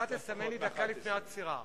אתה תסמן לי דקה לפני העצירה.